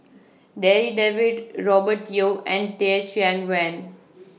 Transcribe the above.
Darryl David Robert Yeo and Teh Cheang Wan